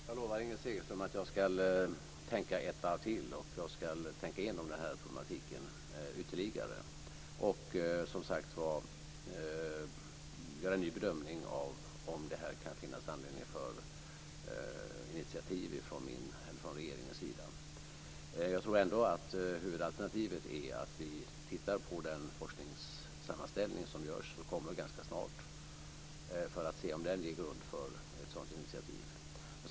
Fru talman! Jag lovar Inger Segelström att jag ska tänka ett varv till. Jag ska tänka igenom denna problematik ytterligare och göra en ny bedömning av om det här kan finnas anledning för initiativ från min eller regeringens sida. Jag tror ändå att huvudalternativet är att vi tittar på den forskningssammanställning som görs - den kommer ganska snart - för att se om den ger grund för ett sådant initiativ.